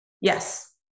Yes